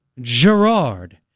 Gerard